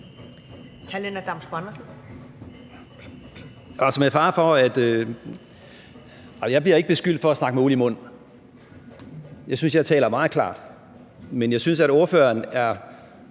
jeg bliver ikke beskyldt for at snakke med uld i mund. Jeg synes, jeg taler meget klart, men jeg synes, at ordføreren er